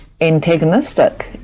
antagonistic